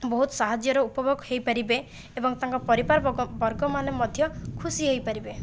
ବହୁତ ସାହାଯ୍ୟର ଉପଭୋଗ ହୋଇପାରିବେ ଏବଂ ତାଙ୍କ ପରିବାର ବର୍ଗମାନେ ମଧ୍ୟ ଖୁସି ହୋଇପାରିବେ